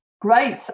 great